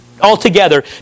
altogether